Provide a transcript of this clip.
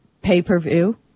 pay-per-view